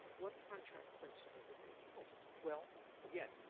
what contract principle did they well, again,